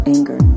Anger